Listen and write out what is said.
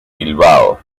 bilbao